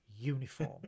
uniform